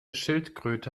schildkröte